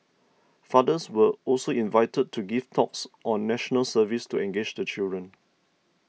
fathers were also invited to give talks on National Service to engage the children